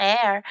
Air